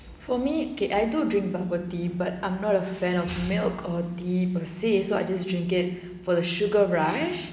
for me okay I do drink bubble tea but I'm not a fan of milk or tea per se so I just drink it for the sugar right